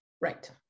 Right